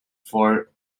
for